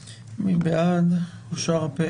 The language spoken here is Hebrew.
על עלייה במקדם ההדבקה ועל חשש מהיפוך